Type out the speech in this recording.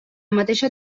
mateixa